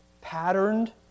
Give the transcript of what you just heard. patterned